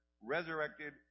resurrected